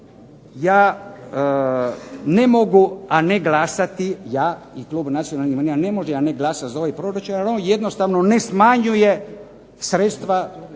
Ja ne mogu a ne glasati, ja i Klub nacionalnih manjina ne možemo ne glasati za ovaj proračun jer on jednostavno ne smanjuje sredstva